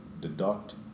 deduct